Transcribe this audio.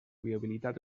viabilitat